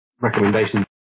recommendations